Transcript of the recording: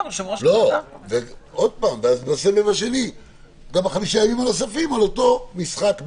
-- וגם בסבב השני גם החמישה ימים על אותו משחק בדיוק,